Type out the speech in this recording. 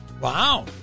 Wow